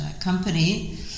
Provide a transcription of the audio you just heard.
company